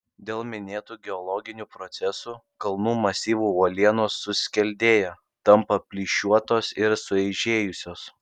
dėl minėtų geologinių procesų kalnų masyvų uolienos suskeldėja tampa plyšiuotos ir sueižėjusios